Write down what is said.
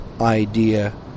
idea